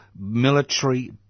military